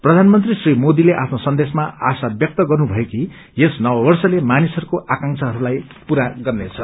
प्रथानमंत्री श्री मोदीले आफ्नो सन्देशमा आशा व्यक्त गर्नुभयो कि यस नववर्षले मानिसहरूको आकांक्षालाई पूरा गर्नेछ